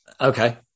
Okay